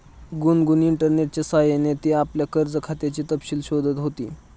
गुनगुन इंटरनेटच्या सह्याने ती आपल्या कर्ज खात्याचे तपशील शोधत होती